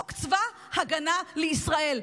צבא ההגנה לישראל.